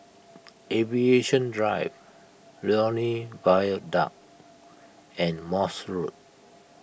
Aviation Drive Lornie Viaduct and Morse Road